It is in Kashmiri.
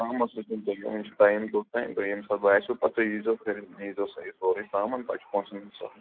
کانٛہہ مَسلہٕ چھُنہٕ تۅہہِ وُنہِ چھُو ٹایِم توتانۍ تۅہہِ ییٚمہِ ساتہٕ باسیٚو پَتہٕ تُہی ییٖزیٚو تہٕ نیٖزیٚو پَتہٕ سورُے سامان پَتہٕ چھُ پۅنٛسَن ہُنٛد سَہل